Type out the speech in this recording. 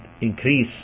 increase